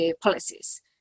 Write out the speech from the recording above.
policies